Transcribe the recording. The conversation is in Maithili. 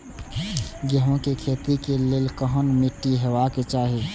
गेहूं के खेतीक लेल केहन मीट्टी हेबाक चाही?